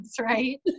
right